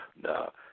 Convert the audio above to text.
No